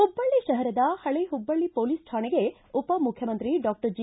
ಹುಬ್ಲಳ್ಳಿ ಶಹರದ ಹಳೆ ಹುಬ್ಲಳ್ಳಿ ಪೊಲೀಸ್ ಠಾಣೆಗೆ ಉಪಮುಖ್ಲಮಂತ್ರಿ ಡಾಕ್ಷರ್ ಜಿ